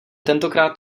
tentokrát